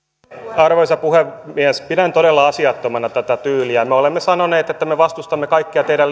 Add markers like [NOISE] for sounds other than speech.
arvoisa puhemies pidän todella asiattomana tätä tyyliä me olemme sanoneet että me vastustamme kaikkia teidän [UNINTELLIGIBLE]